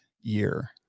year